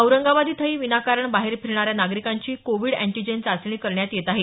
औरंगाबाद इथंही विनाकारण बाहेर फिरणाऱ्या नागरिकांची कोविड अँटीजन चाचणी करण्यात येत आहे